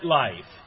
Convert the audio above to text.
life